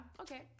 okay